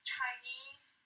Chinese